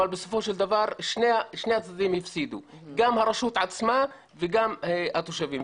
אבל בסופו של דבר שני הצדדים הפסידו גם הרשות עצמה וגם התושבים.